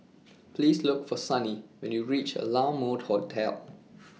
Please Look For Sunny when YOU REACH La Mode Hotel